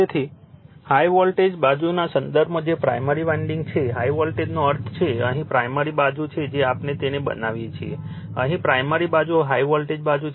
તેથી high voltage બાજુના સંદર્ભમાં જે પ્રાઇમરી વાન્ડિંગ છે હાઇ વોલ્ટેજનો અર્થ છે અહીં પ્રાઇમરી બાજુ જે રીતે આપણે તેને બનાવીએ છીએ અહીં પ્રાઇમરી બાજુ હાઇ વોલ્ટેજ બાજુ છે